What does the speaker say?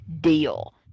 deal